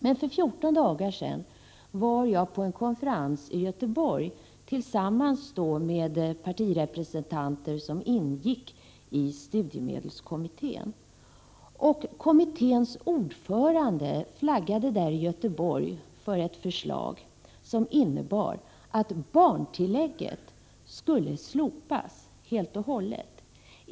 Men för 14 dagar sedan var jag på en konferens i Göteborg tillsammans med partirepresentanter som ingick i studiemedelskommittén. Kommitténs ordförande flaggade då för ett förslag som innebär att barntillägget skulle slopas helt och hållet.